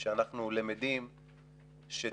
אני אומר את זה בפרט כשאנחנו חווים את